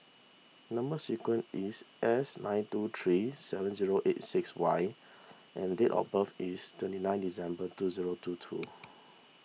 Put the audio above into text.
Number Sequence is S nine two three seven zero eight six Y and date of birth is twenty nine December two zero two two